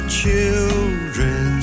children